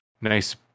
nice